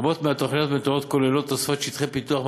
רבות מתוכניות המתאר כוללות תוספת שטחי פיתוח,